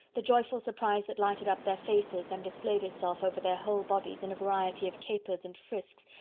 the joyful surprise that lighted up their faces, and displayed itself over their whole bodies, in a variety of capers and frisks,